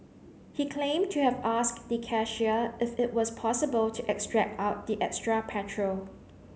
he claimed to have asked the cashier if it was possible to extract out the extra petrol